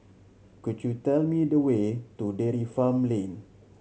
could you tell me the way to Dairy Farm Lane